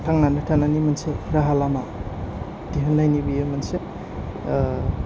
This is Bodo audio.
थांनानै थानायनि मोनसे राहा लामा दिहुुननायनि बियो मोनसे